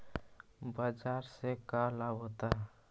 बाजार से का लाभ होता है?